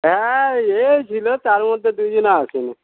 হ্যাঁ এই ছিলো তার মধ্যে দুজনে আসেনি